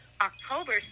October